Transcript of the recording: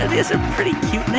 is a pretty cute